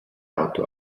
auto